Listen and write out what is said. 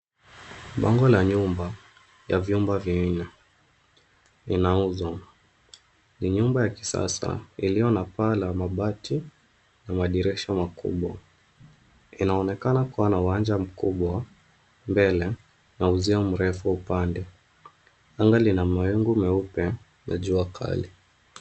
Bango la nyumba ya vyumba vinne aina inauzwa. Ni nyumba ya kisasa iliyo na paa la mabati na madirisha makubwa. Inaonekana kuwa na wanja mkubwa mbele na uzio mrefu upande. Anga lina mawingu meupe na jua kali.